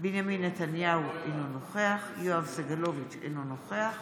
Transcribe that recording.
בנימין נתניהו, אינו נוכח יואב סגלוביץ' אינו נוכח